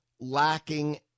lacking